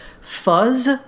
Fuzz